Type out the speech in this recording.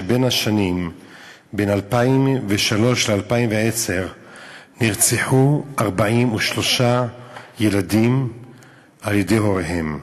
שבין השנים 2003 ל-2010 נרצחו 43 ילדים על-ידי הוריהם,